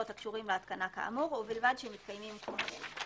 הקשורים להתקנה כאמור ובלבד שמתקיימים כל אלה.